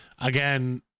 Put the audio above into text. again